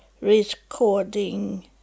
recording